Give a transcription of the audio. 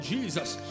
Jesus